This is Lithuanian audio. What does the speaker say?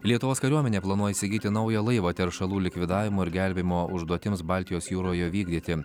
lietuvos kariuomenė planuoja įsigyti naują laivą teršalų likvidavimo ir gelbėjimo užduotims baltijos jūroje vykdyti